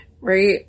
right